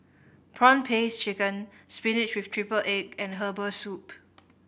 prawn paste chicken spinach with triple egg and herbal soup